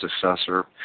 successor